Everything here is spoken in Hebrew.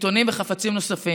עיתונים וחפצים נוספים.